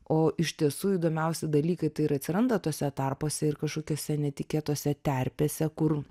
o iš tiesų įdomiausi dalykai tai ir atsiranda tuose tarpuose ir kažkokiose netikėtose terpėse kur